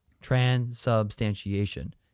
Transubstantiation